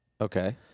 Okay